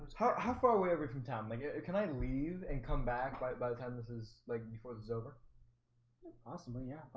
how far away everything town like yeah it can i leave and come back by by the time, this is like before this is over possibly yeah,